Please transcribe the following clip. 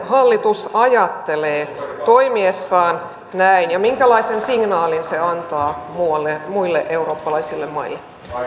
hallitus ajattelee toimiessaan näin ja minkälaisen signaalin se antaa muille eurooppalaisille maille